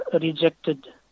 rejected